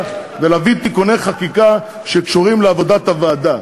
ולהביא תיקוני חקיקה שקשורים לעבודת הוועדה.